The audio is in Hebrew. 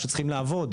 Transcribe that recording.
שצריכים לעבוד,